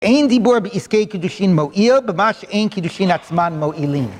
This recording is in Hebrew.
אין דיבור בעסקי קידושין מועיל, במה שאין קידושין עצמן מועילים.